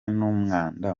n’umwanda